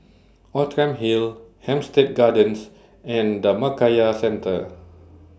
Outram Hill Hampstead Gardens and Dhammakaya Centre